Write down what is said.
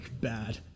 bad